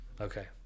okay